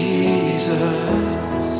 Jesus